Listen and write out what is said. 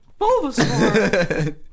Bulbasaur